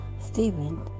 Stephen